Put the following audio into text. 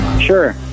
Sure